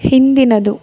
ಹಿಂದಿನದು